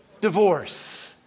Divorce